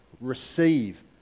receive